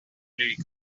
lírico